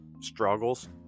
struggles